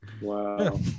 wow